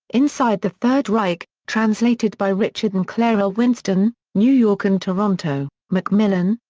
inside the third reich translated by richard and clara winston, new york and toronto macmillan,